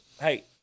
Hey